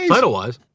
Title-wise